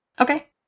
Okay